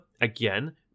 Again